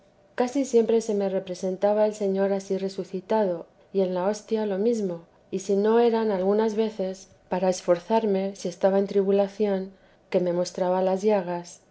casi siempre se me representaba el señor ansí resucitado y en la hostia lo mesmo si no eran algunas veces para esforzarme si estaba en tribulación que me mostraba las llagas